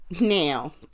Now